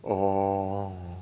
orh